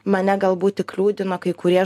mane galbūt tik liūdino kai kurie